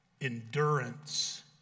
endurance